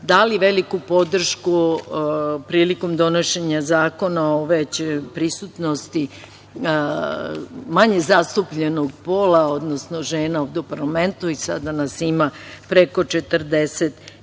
dali veliku podršku prilikom donošenja zakona o većoj prisutnosti manje zastupljenog pola, odnosno žena ovde u parlamentu i sada nas ima preko 40% i